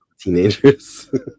teenagers